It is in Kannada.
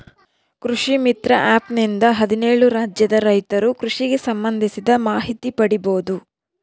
ಕೃಷಿ ಮಿತ್ರ ಆ್ಯಪ್ ನಿಂದ ಹದ್ನೇಳು ರಾಜ್ಯದ ರೈತರು ಕೃಷಿಗೆ ಸಂಭಂದಿಸಿದ ಮಾಹಿತಿ ಪಡೀಬೋದು